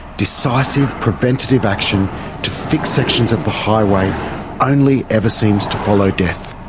decisive, preventative action to fix sections of the highway only ever seems to follow death.